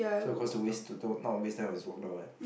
so of course the ways to not waste time is walk down one